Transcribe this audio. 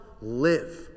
live